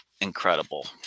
incredible